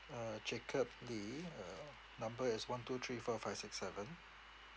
uh jacob lee uh number is one two three four five six seven